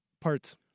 Parts